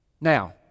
Now